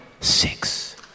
Six